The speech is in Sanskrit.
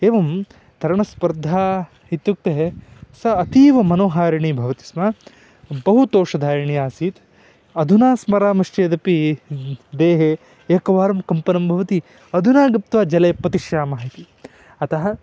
एवं तरणस्पर्धा इत्यक्ते सा अतीव मनोहारिणी भवति स्म बहु तोषदायिणी आसीत् अधुना स्मरमाश्चेदपी देहे एकवारं कम्पनं भवति अधुना गत्वा जले पतिष्यामः इति अतः